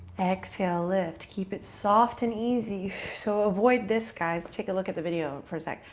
exhale, lift. keep it soft and easy. so avoid this, guys. take a look at the video for a second.